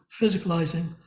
physicalizing